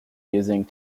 using